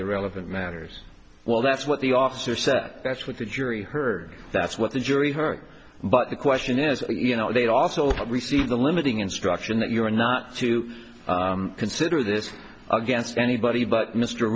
irrelevant matters well that's what the officer said that's what the jury heard that's what the jury heard but the question is you know they also received a limiting instruction that you're not to consider this against anybody but mr